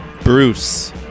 Bruce